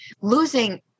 losing